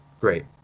Great